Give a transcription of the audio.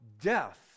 death